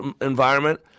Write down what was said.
environment